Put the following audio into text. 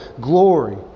glory